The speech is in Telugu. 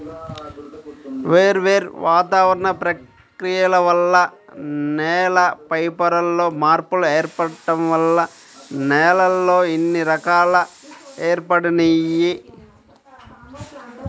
వేర్వేరు వాతావరణ ప్రక్రియల వల్ల నేల పైపొరల్లో మార్పులు ఏర్పడటం వల్ల నేలల్లో ఇన్ని రకాలు ఏర్పడినియ్యి